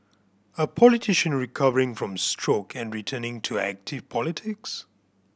a politician recovering from stroke and returning to active politics